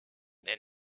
than